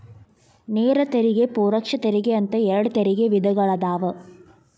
ನೇರ ತೆರಿಗೆ ಪರೋಕ್ಷ ತೆರಿಗೆ ಅಂತ ಎರಡ್ ತೆರಿಗೆ ವಿಧಗಳದಾವ